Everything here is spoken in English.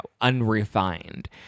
unrefined